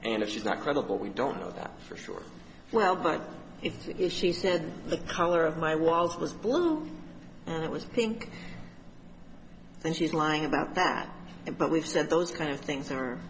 and if she's not credible we don't know that for sure well but if it is she said the color of my walls was blue and it was pink and she's lying about that and but we've said those kind of things are